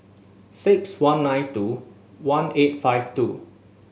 six one nine two one eight five two